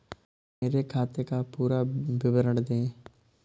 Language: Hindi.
मेरे खाते का पुरा विवरण दे?